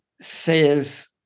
says